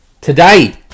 Today